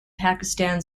pakistan